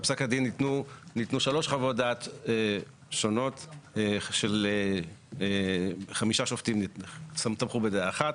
בפסק הדין ניתנו שלוש חוות דעת שונות של חמישה שופטים שתמכו בדעה אחת,